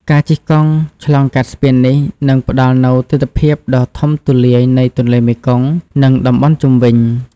ការជិះកង់ឆ្លងកាត់ស្ពាននេះ នឹងផ្តល់នូវទិដ្ឋភាពដ៏ធំទូលាយនៃទន្លេមេគង្គ និងតំបន់ជុំវិញ។